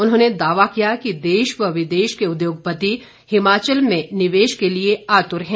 उन्होंने दावा किया कि देश व विदेश के उद्योगपति हिमाचल में निवेश के लिए आतुर है